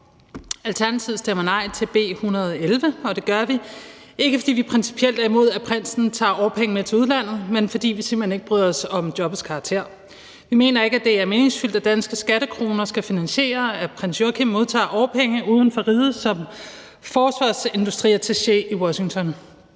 Alternativet stemmer nej til B 111, og det gør vi ikke, fordi vi principielt er imod, at prinsen tager årpengene til udlandet, men fordi vi simpelt hen ikke bryder os om jobbets karakter. Vi mener ikke, det er meningsfyldt, at danske skattekroner skal finansiere, at prins Joachim modtager årpenge uden for riget som forsvarsindustriattaché i Washington.